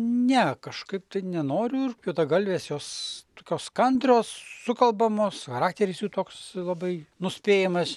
ne kažkaip tai nenoriu ir juodagalvės jos tokios kantrios sukalbamos charakteris jų toks labai nuspėjamas